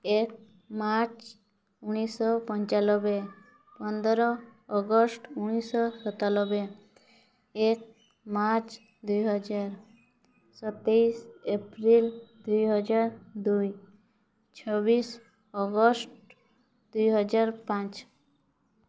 ଏକ ମାର୍ଚ୍ଚ ଉଣେଇଶ ପଞ୍ଚାନବେ ପନ୍ଦର ଅଗଷ୍ଟ ଉଣେଇଶ ସତାନବେ ଏକ ମାର୍ଚ୍ଚ ଦୁଇ ହଜାର ସତେଇଶ ଏପ୍ରିଲ ଦୁଇ ହଜାର ଦୁଇ ଛବିଶ ଅଗଷ୍ଟ ଦୁଇ ହଜାର ପାଞ୍ଚ